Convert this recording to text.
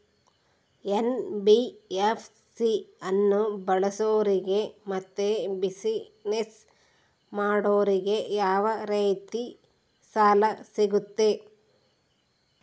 NBFC ಅನ್ನು ಬಳಸೋರಿಗೆ ಮತ್ತೆ ಬಿಸಿನೆಸ್ ಮಾಡೋರಿಗೆ ಯಾವ ರೇತಿ ಸಾಲ ಸಿಗುತ್ತೆ?